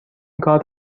کارت